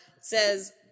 says